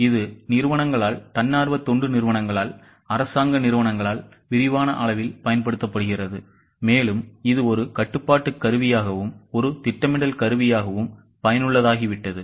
இது நிறுவனங்களால் தன்னார்வ தொண்டு நிறுவனங்களால் அரசாங்க நிறுவனங்களால் விரிவான அளவில் பயன்படுத்தப்படுகிறது மேலும் இது ஒரு கட்டுப்பாட்டு கருவியாகவும் ஒரு திட்டமிடல் கருவியாகவும் பயனுள்ளதாகிவிட்டது